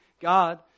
God